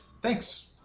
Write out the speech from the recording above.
Thanks